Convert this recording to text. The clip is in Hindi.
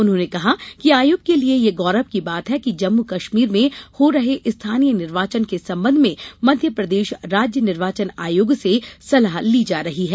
उन्होंने कहा कि आयोग के लिए यह गौरव की बात है कि जम्मू कश्मीर में हो रहे स्थानीय निर्वाचन के संबंध में मध्यप्रदेश राज्य निर्वाचन आयोग से सलाह ली जा रही है